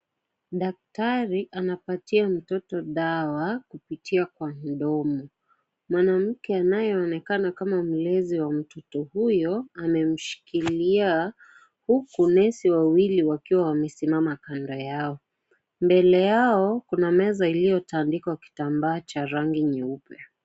Daktari anampatia mtoto dawa kupitia kwa mdomo. Mwanamke anayeonekana kama mlezi wa mtoto huyo, amemshikilia huku nesi wawili wakiwa wamesimama kando yao. Mbele yao, kuna meza iliyotandikwa kitambaa cha rangi nyeupe.